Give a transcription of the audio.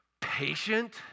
patient